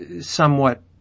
somewhat